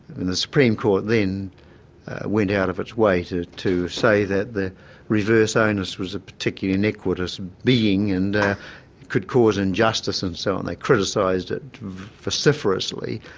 and the supreme court then went out of its way to to say that the reverse onus was a particularly iniquitous being and could cause injustice and so on. they criticised it vociferously,